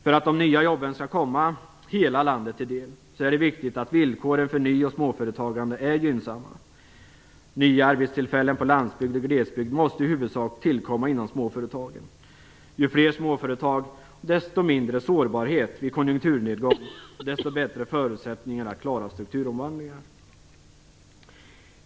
För att de nya jobben skall komma hela landet till del är det viktigt att villkoren för ny och småföretagande är gynnsamma. Nya arbetstillfällen på landsbygd och glesbygd måste i huvudsak tillkomma inom småföretagen. Ju fler småföretag desto mindre sårbarhet vid konjunkturnedgång och desto bättre förutsättningar att klara strukturomvandlingar.